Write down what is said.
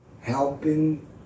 helping